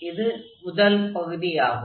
இது முதல் பகுதி ஆகும்